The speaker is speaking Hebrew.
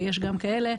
ויש גם כאלה,